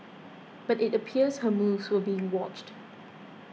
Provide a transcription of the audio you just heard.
but it appears her moves were being watched